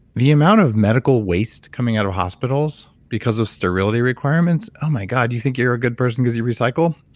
the amount of medical waste coming out of hospitals because of sterility requirements, oh my god. you think you're a good person because you recycle?